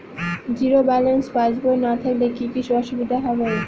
Zero balance পাসবই না থাকলে কি কী অসুবিধা হবে?